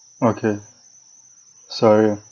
okay sorry